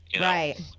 Right